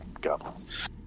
goblins